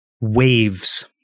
waves